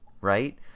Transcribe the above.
right